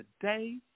today